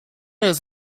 his